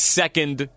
second